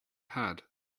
had